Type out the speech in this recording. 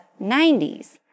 90s